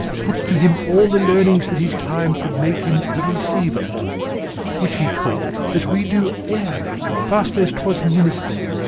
puts to him all the learnings that his time could make him the receiver of which he took, as we do air, fast as twas minist'red,